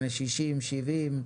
בני 60-70,